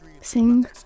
Sing